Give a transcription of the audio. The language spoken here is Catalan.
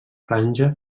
franja